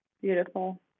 Beautiful